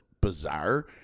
bizarre